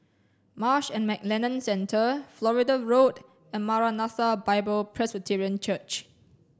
Marsh and McLennan Centre Florida Road and Maranatha Bible Presby Church